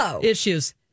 issues